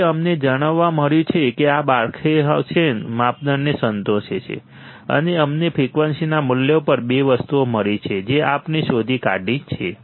તેથી અમને જાણવા મળ્યું છે કે આ બરખાહુસેન માપદંડને સંતોષે છે અને અમને ફ્રિકવન્સીના મૂલ્ય ઉપર બે વસ્તુઓ મળી છે જે આપણે શોધી કાઢી છે